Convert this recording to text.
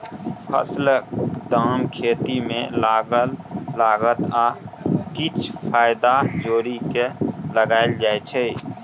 फसलक दाम खेती मे लागल लागत आ किछ फाएदा जोरि केँ लगाएल जाइ छै